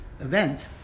event